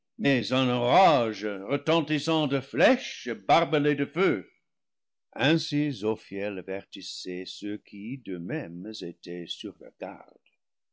orage retentissant de flèches barbelées de feu ainsi zophiel avertissait ceux qui d'eux-mêmes étaient sur leurs